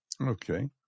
Okay